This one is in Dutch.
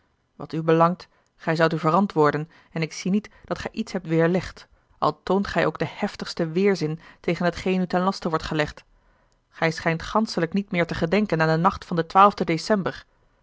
wat u belangt gij zoudt u verantwoorden en ik zie niet dat gij iets hebt weêrlegd al toont gij ook den heftigsten weêrzin tegen hetgeen u ten laste wordt gelegd gij schijnt ganschelijk niet meer te gedenken aan den nacht van den twaalfden december